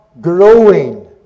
growing